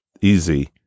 easy